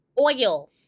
oil